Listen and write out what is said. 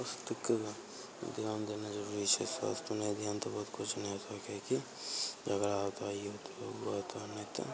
स्वास्थ्यके ध्यान देना जरूरी छै स्वास्थ्यपर नहि ध्यान देबहो तऽ किछु नहि होतऽ किआकि झगड़ा होतऽ ई होतऽ उ होतऽ नहि तऽ